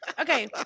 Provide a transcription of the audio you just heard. Okay